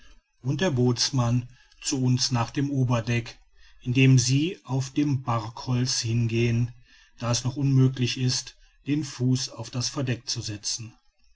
und der bootsmann zu uns nach dem oberdeck indem sie auf dem barkholz hingehen da es noch unmöglich ist den fuß auf das verdeck zu setzen